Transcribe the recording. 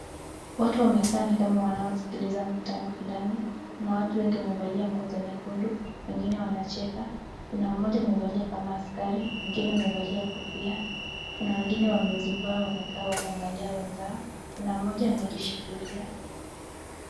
Watu wamekaa ni kama wanaosikiliza mkutano fulani. Kuna watu wengi wamevalia nguo za nyekundu, wengine wanacheka, kuna mmoja amevalia kama askari, mwingine amevalia kofia na wengine wamezumbaa wamekaa wakiangalia wenzao. Kuna mmoja amejishikilia.